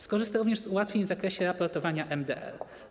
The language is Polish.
Skorzysta również z ułatwień w zakresie raportowania MDR.